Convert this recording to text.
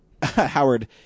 Howard